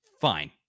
fine